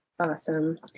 awesome